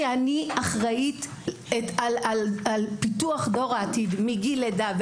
כי אני אחראית על פיתוח דור העתיד מגיל לידה,